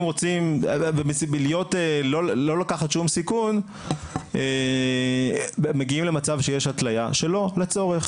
רוצים לא לקחת שום סיכון מגיעים למצב שיש התליה שלא לצורך.